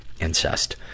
incest